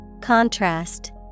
Contrast